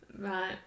Right